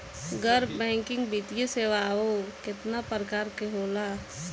गैर बैंकिंग वित्तीय सेवाओं केतना प्रकार के होला?